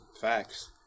Facts